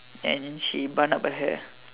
and then she bun up her hair